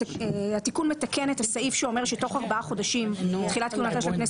התיקון מתקן את הסעיף שאומר שתוך 4 חודשים בתחילת מועדה של הכנסת